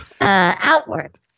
outward